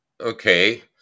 okay